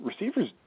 receivers